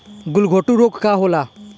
गलघोटू रोग का होला?